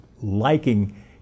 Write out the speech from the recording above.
liking